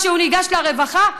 כשהוא ניגש לרווחה,